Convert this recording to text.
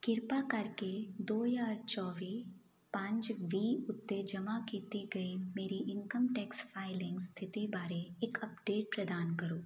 ਕਿਰਪਾ ਕਰਕੇ ਦੋ ਹਜ਼ਾਰ ਚੋਵੀ ਪੰਜ ਵੀਹ ਉੱਤੇ ਜਮ੍ਹਾਂ ਕੀਤੀ ਗਈ ਮੇਰੀ ਇਨਕਮ ਟੈਕਸ ਫਾਈਲਿੰਗ ਸਥਿਤੀ ਬਾਰੇ ਇੱਕ ਅਪਡੇਟ ਪ੍ਰਦਾਨ ਕਰੋ